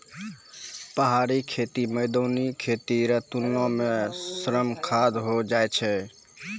पहाड़ी खेती मैदानी खेती रो तुलना मे श्रम साध होय जाय छै